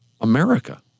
America